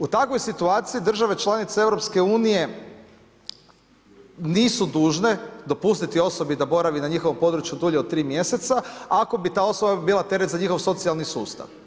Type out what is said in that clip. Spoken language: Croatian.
U takvoj situaciji države članice EU nisu dužne dopustiti osobi da boravi na njihovom području dulje od 3 mjeseca a ako bi ta osoba bila teret za njihov socijalni sustav.